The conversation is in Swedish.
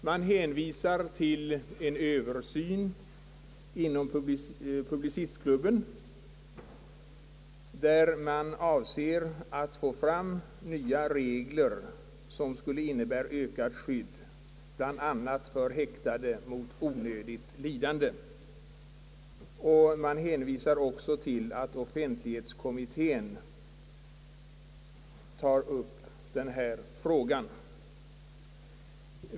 Man hänvisar till en översyn inom Publicistklubben, som avser att få fram nya regler för ökat skydd bland annat mot onödigt lidande för häktade. Man hänvisar också till att offentlighetskommittén tar upp denna fråga.